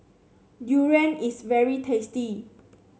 durian is very tasty